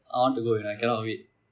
I want to go you know I cannot wait